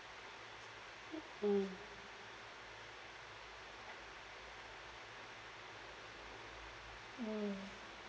mm mm